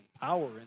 power